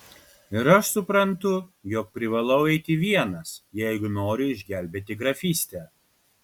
ir aš suprantu jog privalau eiti vienas jeigu noriu išgelbėti grafystę